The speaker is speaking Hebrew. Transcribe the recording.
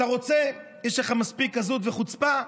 אתה רוצה, יש לך מספיק עזות וחוצפה,